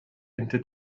into